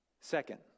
Second